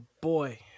boy